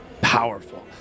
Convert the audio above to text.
powerful